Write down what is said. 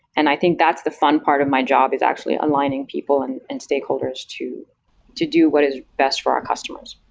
and think that's the fun part of my job is actually aligning people and and stakeholders to to do what is best for our customers.